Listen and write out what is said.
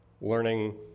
learning